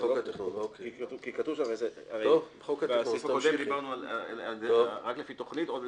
כי אני חושבת שהחוק הזה בא לתת